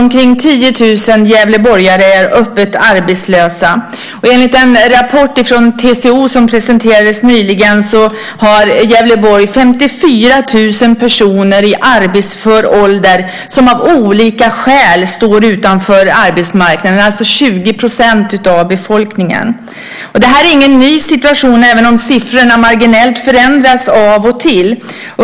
Omkring 10 000 gävleborgare är öppet arbetslösa. Enligt en rapport från TCO som presenterades nyligen har Gävleborg 54 000 personer i arbetsför ålder som av olika skäl står utanför arbetsmarknaden. Det är 20 % av befolkningen. Det är ingen ny situation, även om siffrorna marginellt förändras av och till.